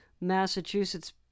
Massachusetts